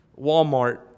Walmart